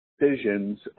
decisions